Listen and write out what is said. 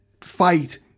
fight